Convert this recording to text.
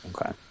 Okay